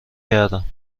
کردم